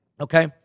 Okay